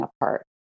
apart